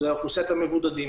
היא אוכלוסיית המבודדים,